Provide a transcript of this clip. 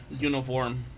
uniform